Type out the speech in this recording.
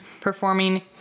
performing